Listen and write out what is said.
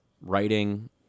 Writing